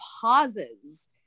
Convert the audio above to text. pauses